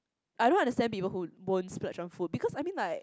I don't understand people who won't splurge on food because I mean like